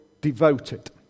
devoted